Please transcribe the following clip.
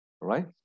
right